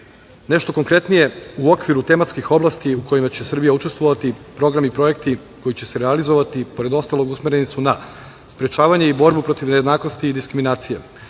konkretnije u okviru tematskih oblasti u kojima će Srbija učestvovati programi i projekti koji će se realizovati pored ostalog usmereni su na sprečavanje i borbu protiv nejednakosti i diskriminacije,